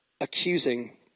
accusing